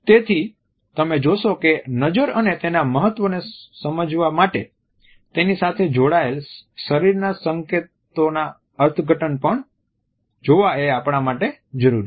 તેથી તમે જોશો કે નજર અને તેના મહત્વને સમજવા માટે તેની સાથે જોડાયેલા શરીરના સંકેતોના અર્થઘટન પણ જોવા એ આપણા માટે જરૂરી છે